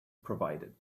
provided